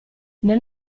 nel